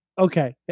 okay